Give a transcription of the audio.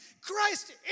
Christ